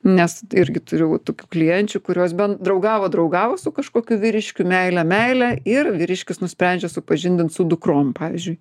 nes irgi turiu va tokių klienčių kurios bent draugavo draugavo su kažkokiu vyriškiu meilė meilė ir vyriškis nusprendžia supažindint su dukrom pavyzdžiui